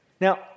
Now